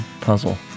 puzzle